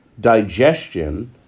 digestion